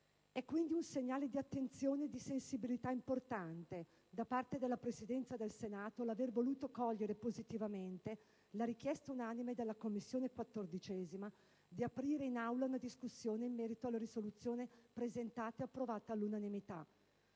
È quindi un segnale di attenzione e di sensibilità importante, da parte della Presidenza del Senato, l'aver voluto cogliere positivamente la richiesta unanime della 14a Commissione di aprire in Aula una discussione in merito alla risoluzione presentata e approvata all'unanimità.